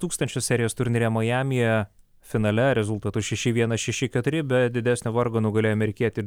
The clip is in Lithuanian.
tūkstančio serijos turnyre majamyje finale rezultatu šeši vienas šeši keturi be didesnio vargo nugalėjo amerikietį